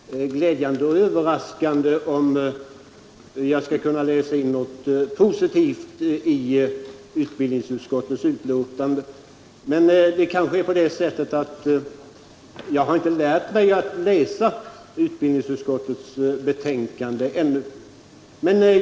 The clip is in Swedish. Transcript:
Herr talman! För mig är det både glädjande och överraskande om jag skulle kunna läsa in något positivt i utbildningsutskottets skrivning. Men det är kanske så att jag inte lärt mig att läsa utbildningsutskottets betänkande än.